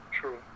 True